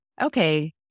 okay